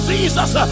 Jesus